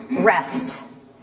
rest